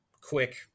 quick